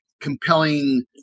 compelling